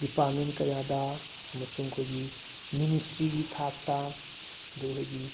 department ꯀꯌꯥꯗ ꯑꯃꯁꯨꯡ ꯑꯩꯈꯣꯏꯒꯤ ꯃꯤꯅꯤꯁꯇ꯭ꯔꯤꯒꯤ ꯊꯥꯛꯇ ꯑꯗꯨ ꯑꯩꯈꯣꯏꯒꯤ